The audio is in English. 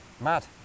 mad